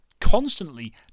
constantly